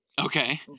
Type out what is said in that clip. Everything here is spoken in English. Okay